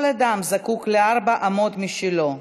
כל אדם זקוק לארבע אמות משלו,